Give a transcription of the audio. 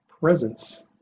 presence